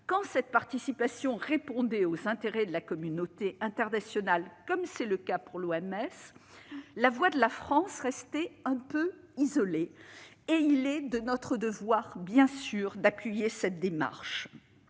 quand cette participation répondait aux intérêts de la communauté internationale- c'est le cas pour l'OMS -, la voix de la France est restée quelque peu isolée. Il est donc de notre devoir, bien sûr, d'appuyer cette démarche.